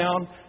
down